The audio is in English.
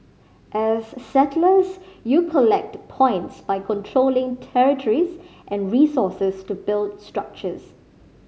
as settlers you collect points by controlling territories and resources to build structures